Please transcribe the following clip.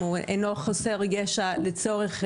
המשטרה סוגרת את זה מחוסר עניין לציבור,